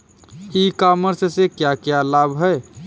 ई commerce से क्या क्या लाभ हैं?